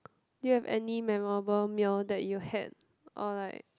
do you have any memorable meal that you had or like